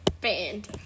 band